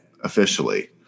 officially